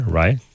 right